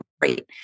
great